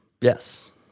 Yes